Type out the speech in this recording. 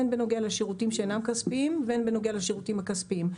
הן בנוגע לשירותים שאינם כספיים והן בנוגע לשירותים הכספיים.